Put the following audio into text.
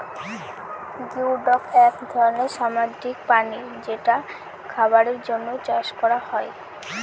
geoduck এক ধরনের সামুদ্রিক প্রাণী যেটা খাবারের জন্য চাষ করা হয়